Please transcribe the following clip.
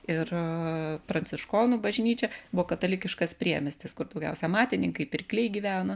ir pranciškonų bažnyčią buvo katalikiškas priemiestis kur daugiausia amatininkai pirkliai gyveno